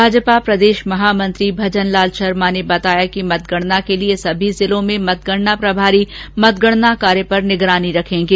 भाजपा प्रदेश महामंत्री भजनलाल शर्मा ने बताया कि मतगणना के लिए सभी जिलों में मतगणना प्रभारी मतगणना कार्य पर निगरानी रखेंगे